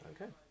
okay